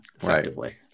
effectively